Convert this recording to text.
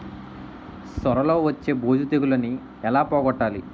సొర లో వచ్చే బూజు తెగులని ఏల పోగొట్టాలి?